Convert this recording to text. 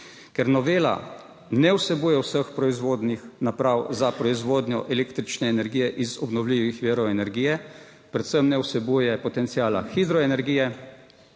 Ker novela ne vsebuje vseh proizvodnih naprav za proizvodnjo električne energije iz obnovljivih virov energije, predvsem ne vsebuje potenciala hidroenergije,